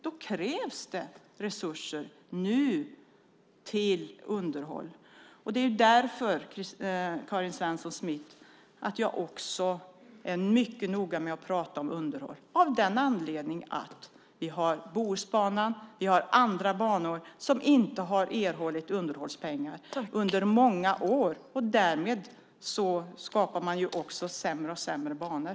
Då krävs det resurser till underhåll nu. Det är därför, Karin Svensson Smith, som jag är mycket noga med att prata om underhåll, nämligen av den anledning att vi har Bohusbanan och andra banor som inte har erhållit underhållspengar under många år, och därmed skapar man sämre och sämre banor.